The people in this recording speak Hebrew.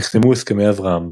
נחתמו הסכמי אברהם.